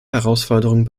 herausforderung